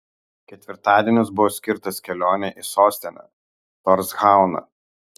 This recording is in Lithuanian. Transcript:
ketvirtadienis buvo skirtas kelionei į sostinę torshauną